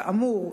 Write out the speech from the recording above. כאמור,